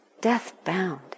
death-bound